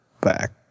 back